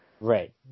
Right